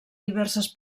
diverses